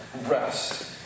rest